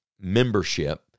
membership